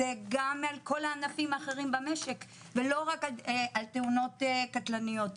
זה גם על כל הענפים האחרים במשק ולא רק תאונות קטלניות.